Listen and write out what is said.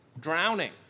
drowning